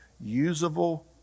usable